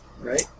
Right